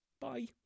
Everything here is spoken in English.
bye